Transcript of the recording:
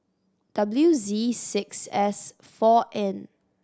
W Z six S four N